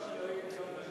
התשובה היא חיובית.